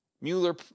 Mueller